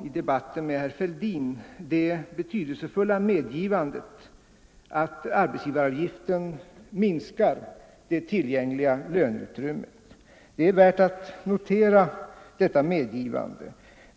I debatten med herr Fälldin tidigare i dag gjorde statsministern det betydelsefulla medgivandet och erkände att arbetsgivaravgiften minskar det tillägngliga löneutrymmet. Detta medgivande är värt att notera.